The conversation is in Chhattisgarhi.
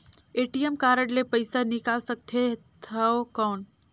ए.टी.एम कारड ले पइसा निकाल सकथे थव कौन?